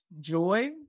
joy